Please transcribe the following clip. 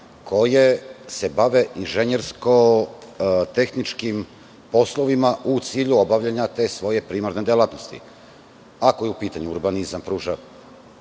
koje se bave inženjersko-tehničkim poslovima u cilju obavljanja te svoje primarne delatnosti. Ako je u pitanju urbanizam, pruža